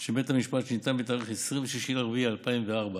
של בית המשפט, שניתן בתאריך 26 באפריל 2004,